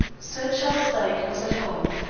sir charles dyke was at home.